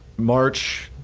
march